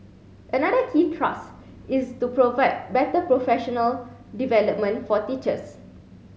another key thrust is to provide better professional development for teachers